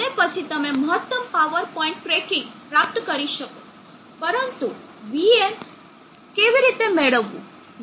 અને પછી તમે મહત્તમ પાવર પોઇન્ટ ટ્રેકિંગ પ્રાપ્ત કરી શકો પરંતુ vm કેવી રીતે મેળવવું